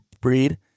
breed